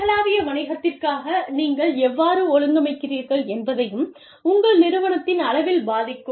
உலகளாவிய வணிகத்திற்காக நீங்கள் எவ்வாறு ஒழுங்கமைக்கிறீர்கள் என்பதையும் உங்கள் நிறுவனத்தின் அளவில் பாதிக்கும்